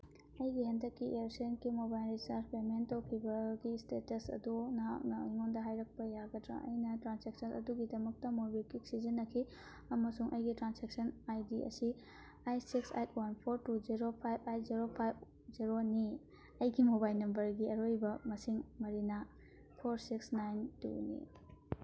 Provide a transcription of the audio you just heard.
ꯑꯩꯒꯤ ꯍꯟꯗꯛꯀꯤ ꯏꯌꯔꯁꯦꯜꯒꯤ ꯃꯣꯕꯥꯏꯜ ꯔꯤꯆꯥꯔꯖ ꯄꯦꯃꯦꯟ ꯇꯧꯈꯤꯕꯒꯤ ꯏꯁꯇꯦꯇꯁ ꯑꯗꯨ ꯅꯍꯥꯛꯅ ꯑꯩꯉꯣꯟꯗ ꯍꯥꯏꯔꯛꯄ ꯌꯥꯒꯗ꯭ꯔ ꯑꯩꯅ ꯇ꯭ꯔꯥꯟꯁꯦꯛꯁꯟ ꯑꯗꯨꯒꯤꯗꯃꯛꯇ ꯃꯣꯕꯤꯀ꯭ꯋꯤꯛ ꯁꯤꯖꯤꯟꯅꯈꯤ ꯑꯃꯁꯨꯡ ꯑꯩꯒꯤ ꯇ꯭ꯔꯥꯟꯁꯦꯛꯁꯟ ꯑꯥꯏ ꯗꯤ ꯑꯁꯤ eight six eight one four two zero five eight zero five ꯖꯦꯔꯣꯅꯤ ꯑꯩꯒꯤ ꯃꯣꯕꯥꯏꯜ ꯅꯝꯕꯔꯒꯤ ꯑꯔꯣꯏꯕ ꯃꯁꯤꯡ ꯃꯔꯤꯅ ꯐꯣꯔ ꯁꯤꯛꯁ ꯅꯥꯏꯟ ꯇꯨꯅꯤ